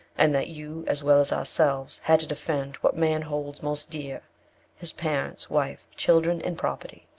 and that you, as well as ourselves, had to defend what man holds most dear his parents, wife, children, and property.